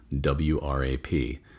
W-R-A-P